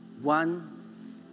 One